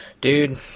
dude